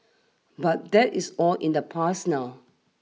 but that is all in the past now